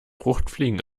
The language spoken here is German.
fruchtfliegen